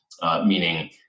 Meaning